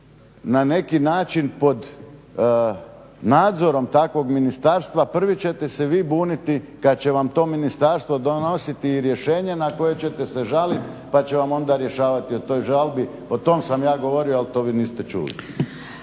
na neki način pod nadzorom takvog ministarstva prvi ćete se vi buniti kad će vam to ministarstvo donositi i rješenje na koje ćete se žaliti, pa će vam onda rješavati o toj žalbi. O tom sam ja govorio, ali to vi niste čuli.